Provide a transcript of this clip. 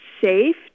safe